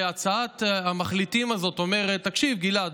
הצעת המחליטים הזאת אומרת, תקשיב, גלעד.